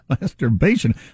masturbation